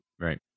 Right